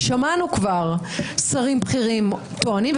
כי שמענו כבר שרים בכירים טוענים,